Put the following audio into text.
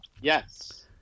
Yes